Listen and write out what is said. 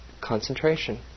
concentration